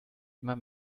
immer